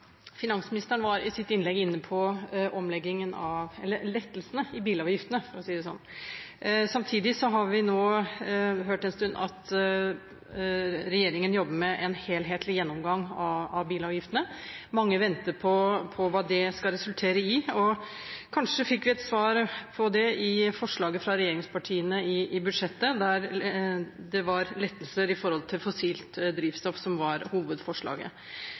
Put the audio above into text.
Finansministeren var i sitt innlegg inne på lettelsene i bilavgiftene. Samtidig har vi nå hørt en stund at regjeringen jobber med en helhetlig gjennomgang av bilavgiftene. Mange venter på hva det skal resultere i, og kanskje fikk vi et svar på det i forslaget fra regjeringspartiene i budsjettet, der hovedforslaget var avgiftslettelser på fossilt drivstoff. Men mange har forventninger om noe annet, om en videreføring av det som